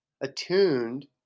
attuned